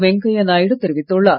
வெங்கய்ய நாயுடு தெரிவித்துள்ளார்